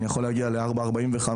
יכול להגיע ל-4.45.